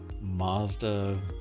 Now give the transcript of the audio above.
Mazda